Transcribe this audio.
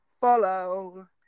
Follow